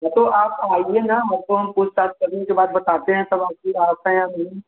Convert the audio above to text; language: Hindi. हाँ तो आप आइए ना तो हम पूछताछ करने के बाद बताते हैं तब आप